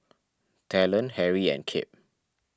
Talen Harry and Kip